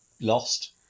lost